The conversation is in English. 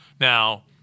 Now –